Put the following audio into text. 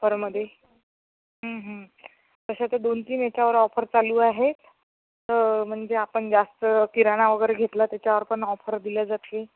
ऑफरमध्ये तशा तर दोन तीन याच्यावर ऑफर चालू आहेत तर म्हणजे आपण जास्त किराणा वगैरे घेतला त्याच्यावर पण ऑफर दिली जाते